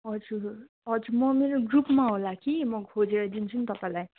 हजुर हजुर म मेरो ग्रुपमा होला कि म खोजेर दिन्छु नि तपाईँलाई